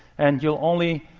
and you'll only